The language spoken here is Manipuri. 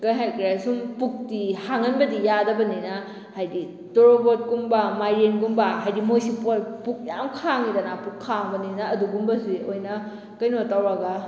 ꯀꯩ ꯍꯥꯏꯈ꯭ꯔꯦ ꯁꯨꯝ ꯄꯨꯛꯇꯤ ꯍꯥꯡꯍꯟꯕꯗꯤ ꯌꯥꯗꯕꯅꯤꯅ ꯍꯥꯏꯗꯤ ꯇꯣꯔꯣꯕꯣꯠꯀꯨꯝꯕ ꯃꯥꯏꯔꯦꯟꯒꯨꯝꯕ ꯍꯥꯏꯗꯤ ꯃꯣꯏꯁꯤ ꯄꯨꯛ ꯌꯥꯝ ꯈꯥꯡꯉꯤꯗꯅ ꯄꯨꯛ ꯈꯥꯡꯕꯅꯤꯅ ꯑꯗꯨꯒꯨꯝꯕꯁꯤ ꯑꯣꯏꯅ ꯀꯩꯅꯣ ꯇꯧꯔꯒ